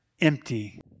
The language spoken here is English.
empty